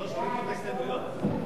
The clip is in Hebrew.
ל-3 הורידו את ההסתייגויות?